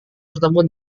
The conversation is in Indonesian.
bertemu